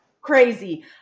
crazy